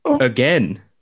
Again